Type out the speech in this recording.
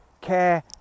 care